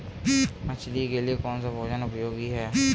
मछली के लिए कौन सा भोजन उपयोगी है?